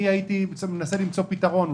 הייתי מנסה למצוא פתרון,